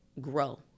Grow